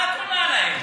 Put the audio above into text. מה את עונה להם?